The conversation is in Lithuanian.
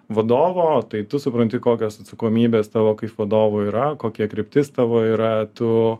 vadovo tai tu supranti kokios atsakomybės tavo kaip vadovo yra kokia kryptis tavo yra tu